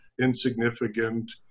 insignificant